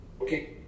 Okay